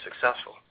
successful